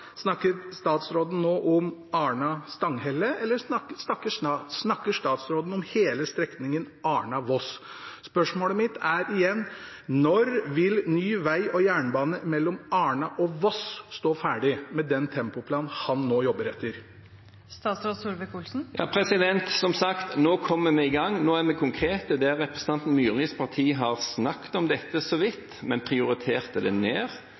Snakker statsråden nå om Arna–Stanghelle, eller snakker statsråden om hele strekningen Arna–Voss? Spørsmålet mitt er igjen: Når vil ny vei og jernbane mellom Arna og Voss stå ferdig med den tempoplanen som han nå jobber etter? Som sagt: Nå kommer vi i gang. Nå er vi konkrete. Der representanten Myrlis parti har snakket om dette så vidt, men prioritert det ned,